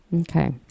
Okay